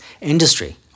industry